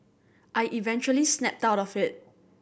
I eventually snapped out of it